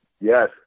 yes